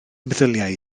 meddyliau